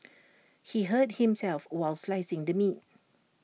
he hurt himself while slicing the meat